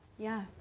yeah